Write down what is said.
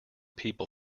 people